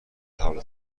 حال